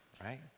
right